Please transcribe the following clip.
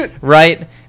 right